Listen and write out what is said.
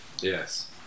Yes